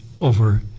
over